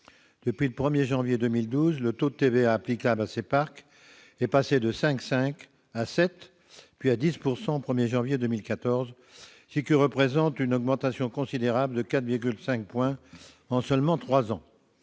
2012. Le 1 janvier 2012, le taux de TVA applicable à ces parcs est passé à 7 %, avant d'être porté à 10 % au 1 janvier 2014, ce qui représente une augmentation considérable de 4,5 points en seulement trois